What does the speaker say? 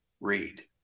read